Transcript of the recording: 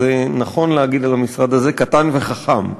נכון להגיד על המשרד הזה: קטן וחכם,